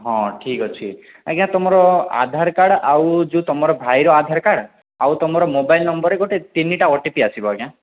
ହଁ ଠିକ୍ ଅଛି ଆଜ୍ଞା ତୁମର ଆଧାର କାର୍ଡ଼୍ ଆଉ ଯେଉଁ ତୁମର ଭାଇର ଆଧାର କାର୍ଡ଼୍ ଆଉ ତୁମର ମୋବାଇଲ୍ ନମ୍ବର୍ରେ ଗୋଟେ ତିନିଟା ଓ ଟି ପି ଆସିବ ଆଜ୍ଞା